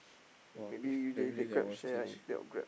!wah! if everyday that one stinge